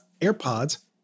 AirPods